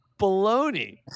baloney